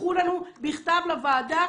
דווחו בכתב לוועדה.